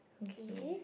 okay